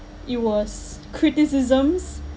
it was criticisms